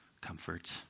comfort